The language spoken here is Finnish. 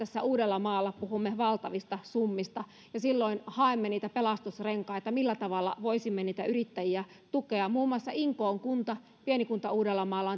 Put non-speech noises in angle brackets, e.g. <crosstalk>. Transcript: uudellamaalla puhumme valtavista summista ja silloin haemme niitä pelastusrenkaita millä tavalla voisimme niitä yrittäjiä tukea muun muassa inkoon kunta pieni kunta uudellamaalla <unintelligible>